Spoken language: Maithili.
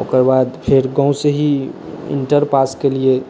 ओकरबाद फेर गामसँ ही इण्टर पास केलिअइ